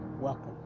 welcome